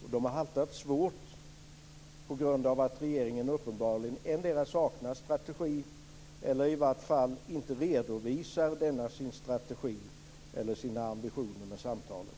De har haltat svårt på grund av att regeringen uppenbarligen endera saknar strategi eller i vart fall inte redovisar denna sin strategi eller sina ambitioner med samtalen.